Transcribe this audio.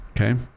okay